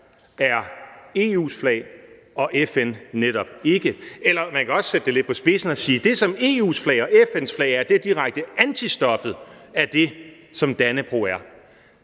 er EU's flag og FN's flag netop ikke. Eller man kan også sætte det lidt på spidsen og sige, at det, som EU's flag og FN's flag er, er direkte antitesen til det, som Dannebrog er.